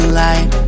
light